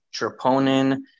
troponin